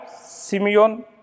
Simeon